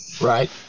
Right